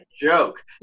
joke